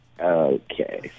Okay